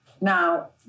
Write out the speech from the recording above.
Now